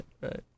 right